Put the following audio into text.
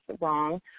wrong